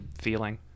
feeling